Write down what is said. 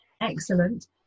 Excellent